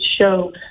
show